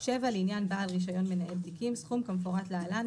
לעניין חברה מנהלת סכום כמפורט להלן,